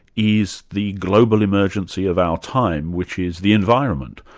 is the global emergency of our time, which is the environment.